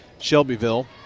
Shelbyville